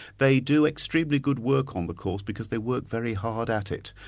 they do extremely good work on the course because they work very hard at it.